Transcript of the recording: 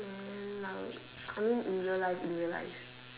and like I mean in real life in real life